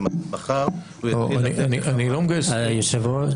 ומחר הוא יתחיל לתת --- אדוני היושב ראש,